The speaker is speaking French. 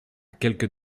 quelques